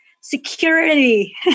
security